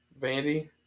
Vandy